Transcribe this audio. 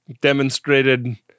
demonstrated